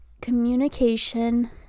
communication